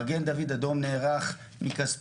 מגן דוד אדום נערך מכספו,